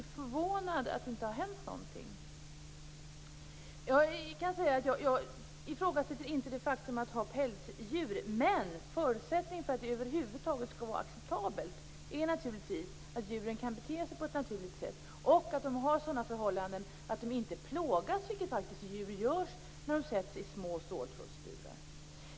Jag är förvånad att det inte har hänt någonting. Jag ifrågasätter inte det faktum att hålla pälsdjur. Men förutsättningen för att det över huvud taget skall vara acceptabelt är naturligtvis att djuren kan bete sig på ett naturligt sätt och att de lever under sådana förhållanden att de inte plågas, vilket djur gör när de sätt i små ståltrådsburar.